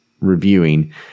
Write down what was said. reviewing